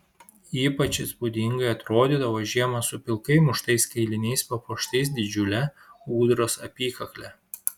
ypač įspūdingai atrodydavo žiemą su pilkai muštais kailiniais papuoštais didžiule ūdros apykakle